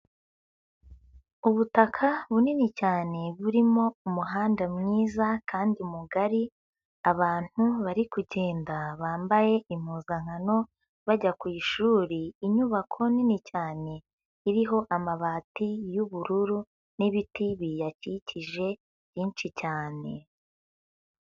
Ubutaka bunini cyane burimo umuhanda mwiza kandi mugari, abantu bari kugenda bambaye impuzankano bajya ku ishuri, inyubako nini cyane iriho amabati y'ubururu n'ibiti biyakikije byinshi cyane.